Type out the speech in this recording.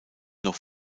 noch